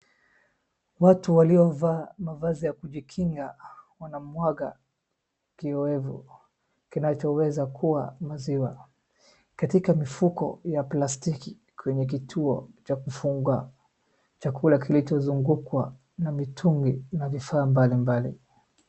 Watu waliovaa mavazi ya kujikinga wanamwaga kiwevu kinachoweza kuwa maziwa katika mifuko ya plastiki kwenye kituo cha kufunga chakula kilichozungukwa na mitungi mbalimbali.